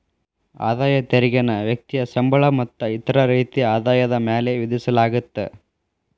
ಆದಾಯ ತೆರಿಗೆನ ವ್ಯಕ್ತಿಯ ಸಂಬಳ ಮತ್ತ ಇತರ ರೇತಿಯ ಆದಾಯದ ಮ್ಯಾಲೆ ವಿಧಿಸಲಾಗತ್ತ